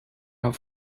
are